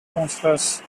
councillors